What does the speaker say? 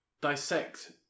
dissect